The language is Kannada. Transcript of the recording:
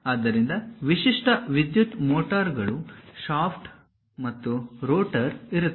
ಆದ್ದರಿಂದ ವಿಶಿಷ್ಟ ವಿದ್ಯುತ್ ಮೋಟರ್ಗಳು ಶಾಫ್ಟ್ ಮತ್ತು ರೋಟರ್ ಇರುತ್ತದೆ